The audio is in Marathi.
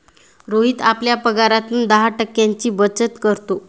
रोहित आपल्या पगारातून दहा टक्क्यांची बचत करतो